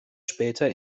später